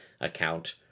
account